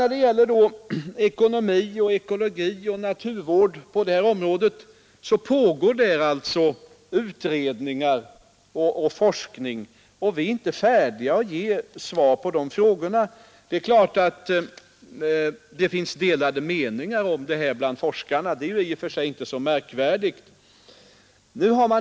När det gäller ekonomi, ekologi och naturvård pågår alltså utredningar och forskning, och vi är ännu inte färdiga att ge svar på alla frågor. Det är klart att det finns delade meningar om det här bland forskarna, och det är i och för sig inte så märkvärdigt.